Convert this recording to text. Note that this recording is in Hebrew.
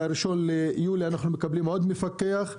ב-1 ביולי נקבל עוד מפקח.